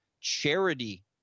Charity